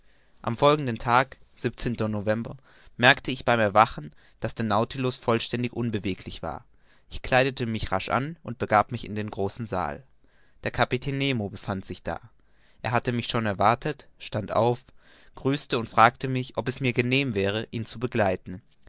am folgenden tag november merkte ich beim erwachen daß der nautilus vollständig unbeweglich war ich kleidete mich rasch an und begab mich in den großen saal der kapitän nemo befand sich da er hatte mich schon erwartet stand auf grüßte und fragte mich ob es mir genehm wäre ihn zu begleiten